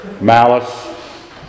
Malice